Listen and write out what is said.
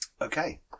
Okay